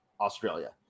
Australia